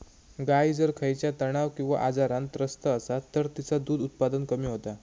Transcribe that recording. गाय जर खयच्या तणाव किंवा आजारान त्रस्त असात तर तिचा दुध उत्पादन कमी होता